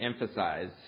emphasize